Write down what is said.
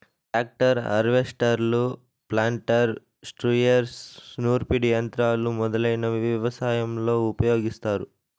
tractor, హార్వెస్టర్లు, planter, sprayers, నూర్పిడి యంత్రాలు మొదలైనవి వ్యవసాయంలో ఉపయోగిస్తారు